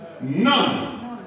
None